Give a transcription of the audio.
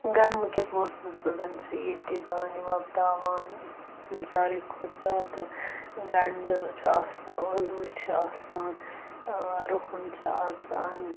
گرمہٕ کِس موسمَس مَنٛز چھِ ییٚتہِ دانہِ وۄبداوان ساروٕے کھۄتہٕ زیادٕ گَنٛڈٕ چھِ آسان ٲلوٕ چھِ آسان ٲں رُہُن چھُ آسان